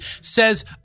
says